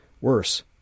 Worse